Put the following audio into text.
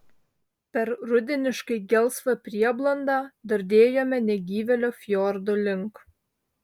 per rudeniškai gelsvą prieblandą dardėjome negyvėlio fjordo link